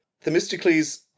Themistocles